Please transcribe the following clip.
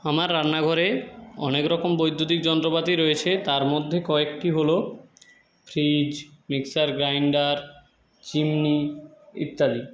আমার রান্নাঘরে অনেক রকম বৈদ্যুতিক যন্ত্রপাতি রয়েছে তার মধ্যে কয়েকটি হল ফ্রিজ মিক্সার গ্রাইন্ডার চিমনি ইত্যাদি